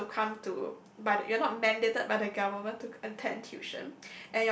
forced to come to but you're not mandated by the government to attend tuition